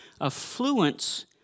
affluence